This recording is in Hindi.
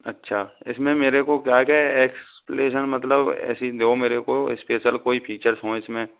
अच्छा इसमें मेरे को क्या क्या एक्सप्लेसन मतलब ऐसी दो मेरे को इस्पेसल कोई फीचर्स हों इसमें